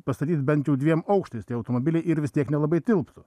pastatyti bent jau dviem aukštais tie automobiliai ir vis tiek nelabai tilptų